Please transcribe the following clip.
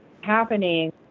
happening